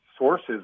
sources